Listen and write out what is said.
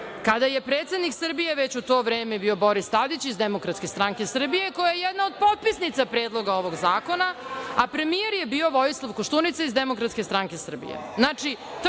kada je predsednik Srbije već u to vreme bio Boris Tadić iz Demokratske stranke Srbije, koja je jedna od potpisnica Predloga ovog zakona, a premijer je bio Vojislav Koštunica iz Demokratske stranke Srbije.